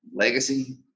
legacy